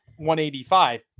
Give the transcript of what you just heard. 185